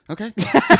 Okay